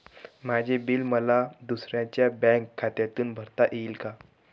माझे बिल मला दुसऱ्यांच्या बँक खात्यातून भरता येईल का?